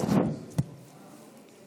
היושב בראש, חברי הכנסת,